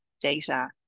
data